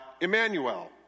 Emmanuel